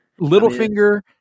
Littlefinger